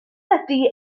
ydy